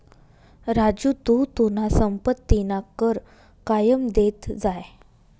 राजू तू तुना संपत्तीना कर कायम देत जाय